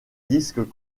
disques